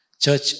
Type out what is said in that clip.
church